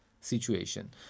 situation